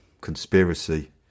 conspiracy